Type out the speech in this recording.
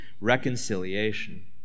reconciliation